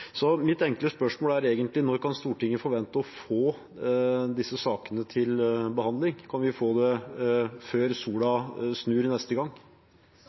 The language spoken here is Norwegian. Mitt enkle spørsmål er: Når kan Stortinget forvente å få disse sakene til behandling? Kan vi få dem før sola snur neste gang?